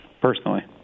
Personally